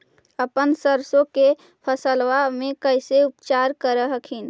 अपन सरसो के फसल्बा मे कैसे उपचार कर हखिन?